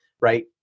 right